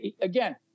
again